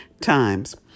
times